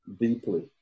deeply